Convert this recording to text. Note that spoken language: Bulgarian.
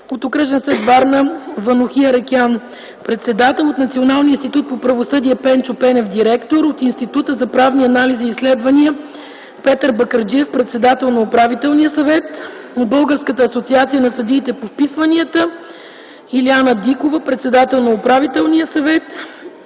от Окръжен съд – Варна: Ванухи Аракелян – председател; от Националния институт по правосъдие: Пенчо Пенев – директор; от Института за правни анализи и изследвания: Петър Бакърджиев – председател на Управителния съвет; от Българската асоциация на съдиите по вписванията: Илиана Дикова – председател на Управителния съвет;